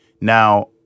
now